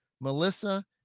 Melissa